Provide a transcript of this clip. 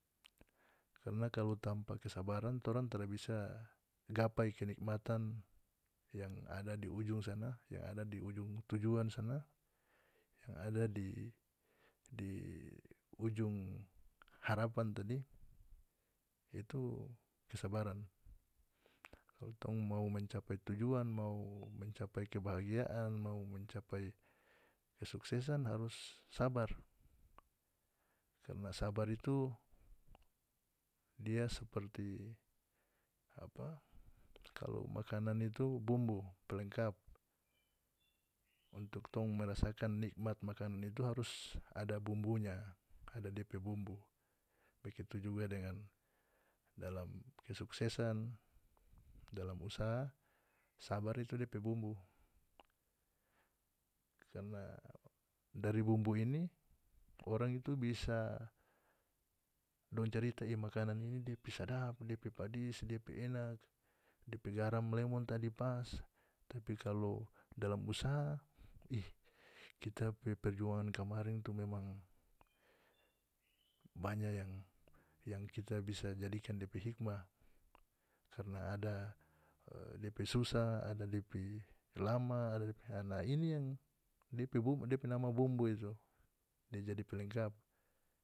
Karna kalu tampa kesabaran torang tara bisa gapai kenikmatan yang ada di ujung sana yang ada di ujung tujuan sana yang ada di di ujung harapan tadi itu kesabaran kalu tong mencapai tujuan mau mencapai kebahagiaan mau mencapai kesuksesan harus sabar karna sabar itu dia seperti apa kalu makanan itu bumbu pelengkap untuk tong merasakan nikmat makanan itu harus ada bumbunya ada depe bumbu begitu juga dengan dalam kesuksesan dalam usaha sabar itu depe bumbu karna dari bumbu ini orang itu bisa dong carita i makanan ini dia pe sadap dia pe padis dia pe enak depe garam lemon tadi pas tapi kalu dalam usaha ih kita pe perjuangan kamarin itu memang banya yang yang kita bisa jadikan depe hikmah karna ada e depe susah ada depe lama ada depe ana a ini yang depe bumbu depe nama bumbu itu dia jadi pelengkap.